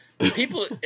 People